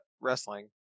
wrestling